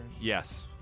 Yes